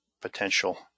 potential